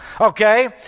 Okay